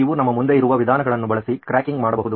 ನೀವು ನಮ್ಮ ಮುಂದೆ ಇರುವ ವಿಧಾನಗಳನ್ನು ಬಳಸಿ ಕ್ರ್ಯಾಕಿಂಗ್ ಮಾಡಬಹುದು